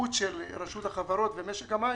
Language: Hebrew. הראות של רשות החברות ומשק המים,